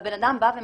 והבן-אדם בא ומסדיר,